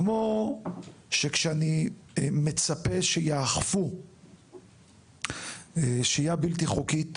כמו שכשאני מצפה שיאכפו שהייה בלתי חוקית